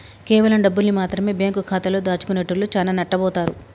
కేవలం డబ్బుల్ని మాత్రమె బ్యేంకు ఖాతాలో దాచుకునేటోల్లు చానా నట్టబోతారు